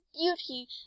beauty